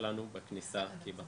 בוקר